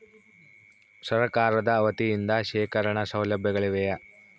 ಸರಕಾರದ ವತಿಯಿಂದ ಶೇಖರಣ ಸೌಲಭ್ಯಗಳಿವೆಯೇ?